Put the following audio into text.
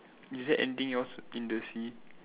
is there anything else in the sea